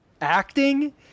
acting